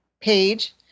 page